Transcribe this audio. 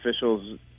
Officials